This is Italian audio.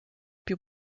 più